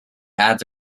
ads